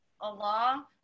Allah